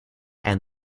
and